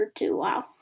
Wow